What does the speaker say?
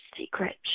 secret